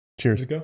cheers